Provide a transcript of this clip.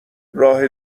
راه